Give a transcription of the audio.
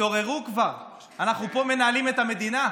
תתעוררו כבר, אנחנו פה מנהלים את המדינה.